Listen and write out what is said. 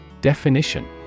Definition